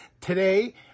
Today